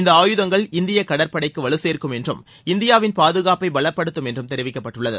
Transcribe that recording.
இந்த ஆயுதங்கள் இந்திய கடற்படைக்கு வலு சேர்க்கும் என்றும் இந்தியாவின் பாதுகாப்பை பலப்படுத்தும் என்று தெரிவிக்கப்பட்டுள்ளது